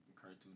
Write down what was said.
Cartoon